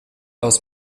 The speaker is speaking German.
aus